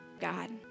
God